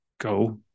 go